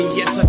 yes